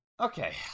Okay